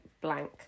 blank